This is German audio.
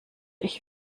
ich